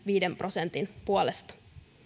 viiden prosentin puolesta